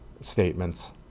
statements